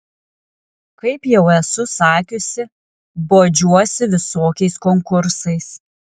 kaip jau esu sakiusi bodžiuosi visokiais konkursais